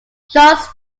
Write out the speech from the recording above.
jacques